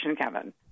Kevin